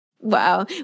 Wow